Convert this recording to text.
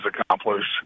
accomplished